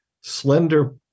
slender